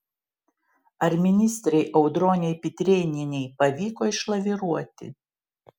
ar ministrei audronei pitrėnienei pavyko išlaviruoti